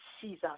jesus